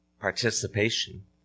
participation